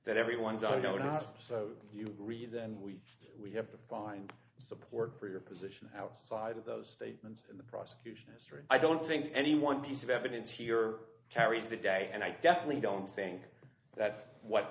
that everyone's i noticed so you agree then we we have to find support for your position outside of those statements the prosecution history i don't think any one piece of evidence here or carries the day and i definitely don't think that's what